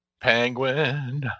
Penguin